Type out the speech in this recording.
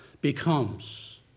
becomes